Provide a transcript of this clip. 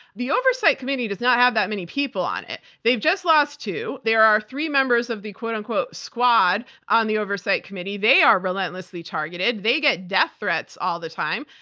the oversight committee does not have that many people on it. they've just lost two. there are three members of the quote-unquote squad on the oversight committee. they are relentlessly targeted. they get death threats all the time,